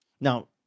Now